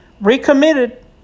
recommitted